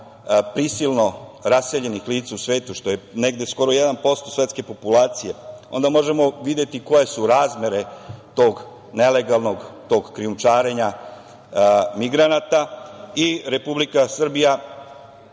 prisilno raseljenih lica u svetu, što je negde skoro jedan posto svetske populacije, onda možemo videti koje su razmere tog nelegalnog, tog krijumčarenja migranta. Republika Srbija